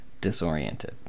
disoriented